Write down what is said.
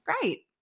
great